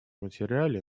материале